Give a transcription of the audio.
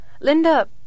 Linda